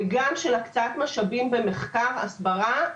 וגם של הקצאה משאבים במחקר, הסברה,